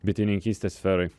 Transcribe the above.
bitininkystės sferoj